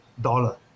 dollar